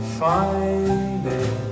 finding